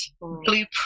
blueprint